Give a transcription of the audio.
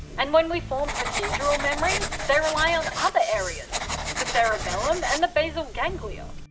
and when we form procedural memories, they rely on other areas the cerebellum and the basal ganglia.